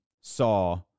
saw